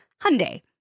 Hyundai